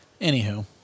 Anywho